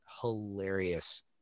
hilarious